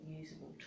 usable